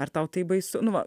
ar tau tai baisu nu va